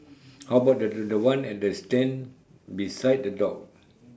how about the the the one at the stand beside the dog